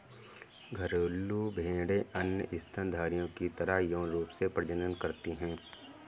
घरेलू भेड़ें अन्य स्तनधारियों की तरह यौन रूप से प्रजनन करती हैं